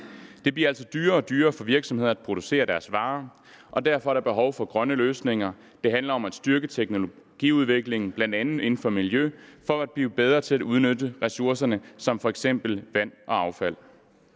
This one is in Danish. Det bliver altså dyrere og dyrere for virksomheder at producere deres varer, og derfor er der behov for grønne løsninger. Det handler om at styrke teknologiudviklingen, bl.a. inden for miljøområdet, for at blive bedre til at udnytte ressourcer som f.eks. vand og affald.